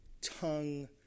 tongue